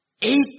Eight